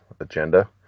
agenda